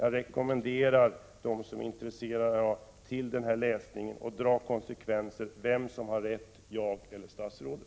Jag rekommenderar dem som är intresserade att läsa rapporten och själva dra slutsatser om vem som har rätt, jag eller statsrådet.